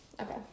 Okay